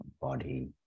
body